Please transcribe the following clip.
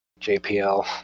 JPL